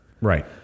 Right